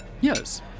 Yes